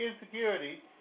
insecurity